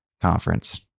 conference